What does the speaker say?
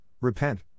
Repent